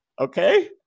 okay